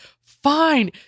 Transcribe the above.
fine